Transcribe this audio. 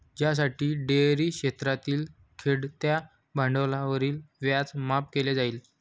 ज्यासाठी डेअरी क्षेत्रातील खेळत्या भांडवलावरील व्याज माफ केले जाईल